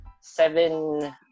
seven